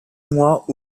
mois